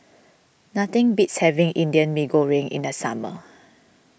nothing beats having Indian Mee Goreng in the summer